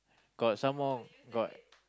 got some more got